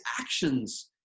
actions